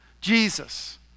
Jesus